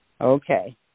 Okay